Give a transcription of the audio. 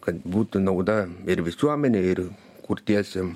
kad būtų nauda ir visuomenei ir kurtiesiem